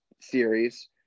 series